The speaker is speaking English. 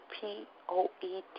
P-O-E-T